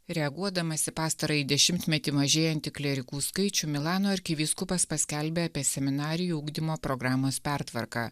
reaguodamas į pastarąjį dešimtmetį mažėjantį klierikų skaičių milano arkivyskupas paskelbė apie seminarijų ugdymo programos pertvarką